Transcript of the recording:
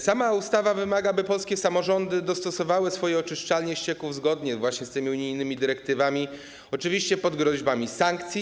Sama ustawa wymaga, by polskie samorządy dostosowały swoje oczyszczalnie ścieków zgodnie z tymi unijnymi dyrektywami, oczywiście pod groźbami sankcji.